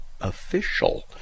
official